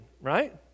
right